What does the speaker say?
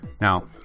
Now